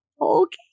okay